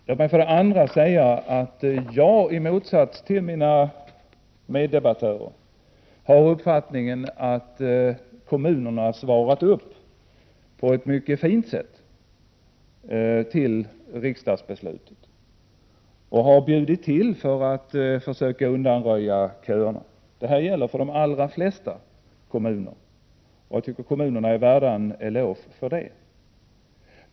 Låt mig sedan säga att jag, i motsats till mina meddebattörer, har uppfattningen att kommunerna på ett mycket fint sätt har svarat upp mot riksdagsbeslutet och bjudit till för att försöka undanröja köerna. Detta gäller för de allra flesta kommuner. Jag tycker att kommunerna är värda en eloge för det.